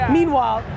Meanwhile